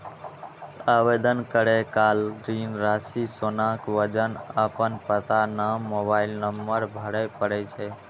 आवेदन करै काल ऋण राशि, सोनाक वजन, अपन पता, नाम, मोबाइल नंबर भरय पड़ै छै